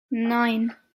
nine